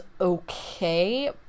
okay